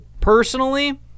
personally